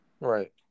Right